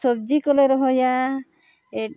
ᱥᱚᱵᱽᱡᱤ ᱠᱚᱞᱮ ᱨᱚᱦᱚᱭᱟ